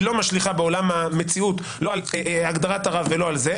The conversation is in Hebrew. היא לא משליכה בעולם המציאות לא על הגדרת הרב ולא על זה.